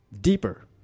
deeper